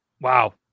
wow